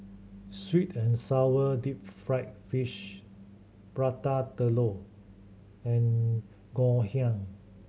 sweet and sour deep fried fish Prata Telur and Ngoh Hiang